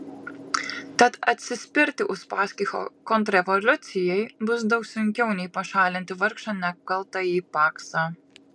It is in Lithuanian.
tad atsispirti uspaskicho kontrrevoliucijai bus daug sunkiau nei pašalinti vargšą nekaltąjį paksą